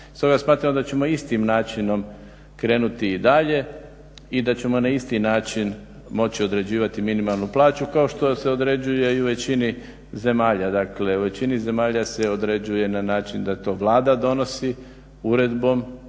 Stoga smatramo da ćemo istim načinom krenuti i dalje i da ćemo na isti način moći određivati minimalnu plaću kao što se određuje i u većini zemalja. Dakle, u većini zemalja se određuje na način da to Vlada donosi uredbom